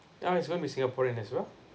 oh he's gonna be singaporean as well